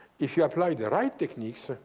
if you apply the right techniques,